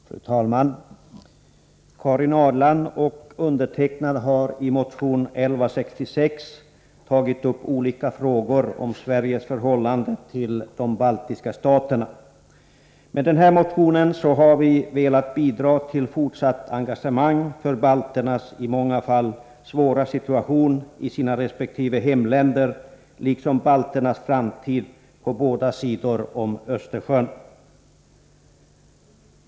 Fru talman! Karin Ahrland och jag har i motion 1166 tagit upp olika frågor om Sveriges förhållande till de baltiska staterna. Med denna motion har vi velat bidra till fortsatt engagemang för balternas i många fall svåra situation i deras resp. hemländer liksom för balternas framtid på båda sidor om Östersjön.